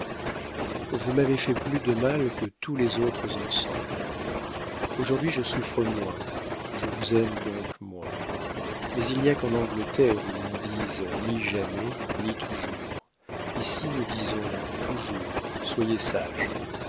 vous m'avez fait plus de mal que tous les autres ensemble aujourd'hui je souffre moins je vous aime donc moins mais il n'y a qu'en angleterre où l'on dise ni jamais ni toujours ici nous disons toujours soyez sage